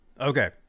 Okay